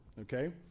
Okay